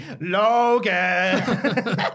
Logan